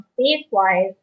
space-wise